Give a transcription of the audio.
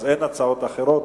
אז אין הצעות אחרות,